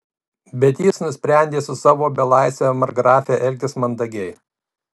bet jis nusprendė su savo belaisve markgrafe elgtis mandagiai